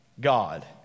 God